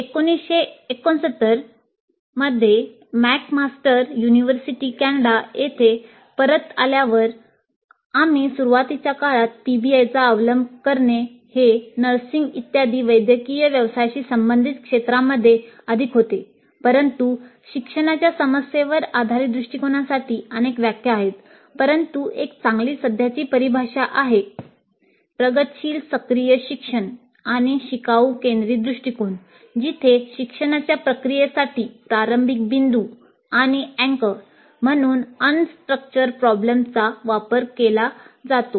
1969 मध्ये McMaster university Canada येथे परत आल्यावर आणि सुरुवातीच्या काळात पीबीआयचा अवलंब करणे हे नर्सिंग वापर केला जातो